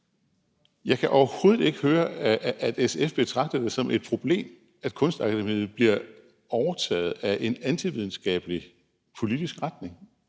Jeg kan overhovedet ikke høre, at SF betragter det som et problem, at Kunstakademiet bliver overtaget af en antividenskabelig politisk retning.